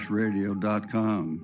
radio.com